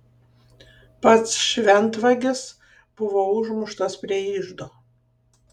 pats šventvagis buvo užmuštas prie iždo